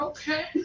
Okay